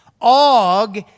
Og